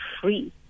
free